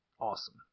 awesome